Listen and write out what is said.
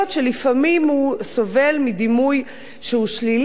שלפעמים הן סובלות מדימוי שלילי,